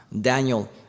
Daniel